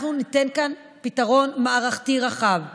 אנחנו ניתן כאן פתרון מערכתי רחב לנגישות,